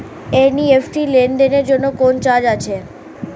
NEFT লেনদেনের জন্য কোন চার্জ আছে?